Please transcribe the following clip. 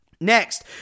next